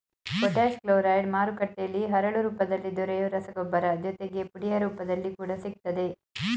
potash chloride ಮಾರುಕಟ್ಟೆಲಿ ಹರಳು ರೂಪದಲ್ಲಿ ದೊರೆಯೊ ರಸಗೊಬ್ಬರ ಜೊತೆಗೆ ಪುಡಿಯ ರೂಪದಲ್ಲಿ ಕೂಡ ಸಿಗ್ತದೆ